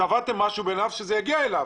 קבעתם משהו, שזה יגיע אליו.